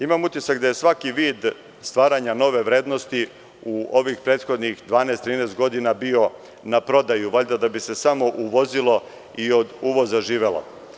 Imam utisak da je svaki vid stvaranja nove vrednosti u ovih prethodnih 12, 13 godina bio na prodaju, valjda da bi se samo uvozilo i od uvoza živelo.